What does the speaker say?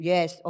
Yes